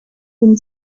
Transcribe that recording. been